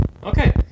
Okay